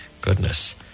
Goodness